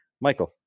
Michael